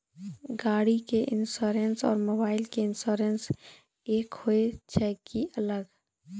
गाड़ी के इंश्योरेंस और मोबाइल के इंश्योरेंस एक होय छै कि अलग?